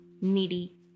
needy